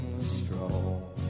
strong